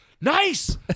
Nice